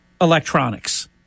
Electronics